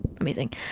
amazing